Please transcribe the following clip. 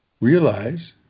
Realize